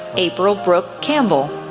april brooke campbell,